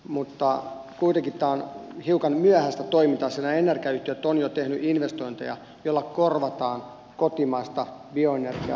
mutta kuitenkin tämä on hiukan myöhäistä toimintaa sillä energiayhtiöt ovat jo tehneet investointeja joilla korvataan kotimaista bioenergiaa esimerkiksi kivihiilellä